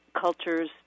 cultures